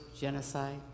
genocide